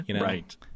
Right